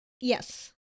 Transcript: Yes